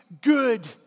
good